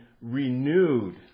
renewed